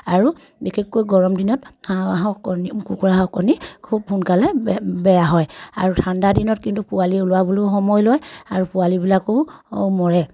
আৰু বিশেষকৈ গৰম দিনত হাঁহ কণী কুকুৰা হাঁহৰ খুব সোনকালে বেয়া হয় আৰু ঠাণ্ডা দিনত কিন্তু পোৱালি ওলাবলৈও সময় লয় আৰু পোৱালিবিলাকো মৰে